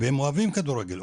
הם אוהבים כדורגל,